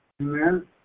Amen